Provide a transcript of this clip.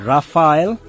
Raphael